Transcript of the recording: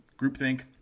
groupthink